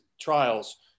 trials